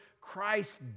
Christ